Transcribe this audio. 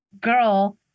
girl